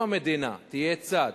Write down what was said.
אם המדינה תהיה צד